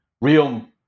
real